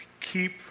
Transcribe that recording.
keep